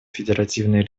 федеративной